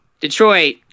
Detroit